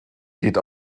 geht